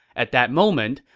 at that moment,